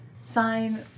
sign